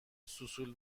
سوسول